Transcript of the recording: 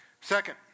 Second